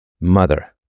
mother